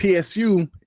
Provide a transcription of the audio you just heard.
TSU